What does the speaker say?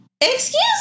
Excuse